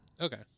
Okay